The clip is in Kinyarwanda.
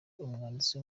umwanditsi